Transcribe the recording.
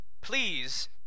please